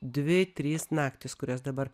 dvi trys naktys kurias dabar